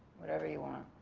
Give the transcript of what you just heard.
whatever you want.